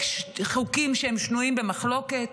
לחוקק חוקים שהם שנויים במחלוקת,